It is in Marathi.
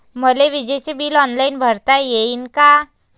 मले विजेच बिल ऑनलाईन भरता येईन का?